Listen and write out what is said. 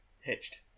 hitched